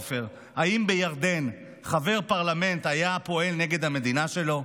עופר: האם בירדן חבר פרלמנט היה פועל נגד המדינה שלו?